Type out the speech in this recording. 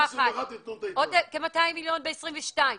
עוד כ-200 מיליון ב-2022.